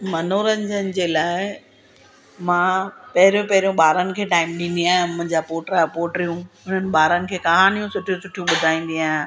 मनोरंजन जे लाइ मां पहिरियों पहिरियों ॿारनि खे टाइम ॾींदी आहियां मुंहिंजा पोटा पोटियूं हुननि ॿारनि खे कहानियूं सुठियूं सुठियूं ॿुधाईंदी आहियां